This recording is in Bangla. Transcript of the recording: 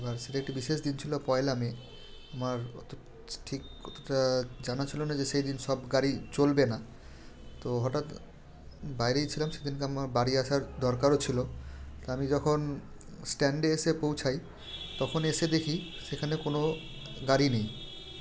এবার সেটি একটি বিশেষ দিন ছিলো পয়লা মে আমার অত ঠিক অতটা জানা ছিলো না যে সেই দিন সব গাড়ি চলবে না তো হটাৎ বাইরেই ছিলাম সেদিনকে আমার বাড়ি আসার দরকারও ছিলো তা আমি যখন স্ট্যান্ডে এসে পোঁছাই তখন এসে দেখি সেখানে কোনো গাড়ি নেই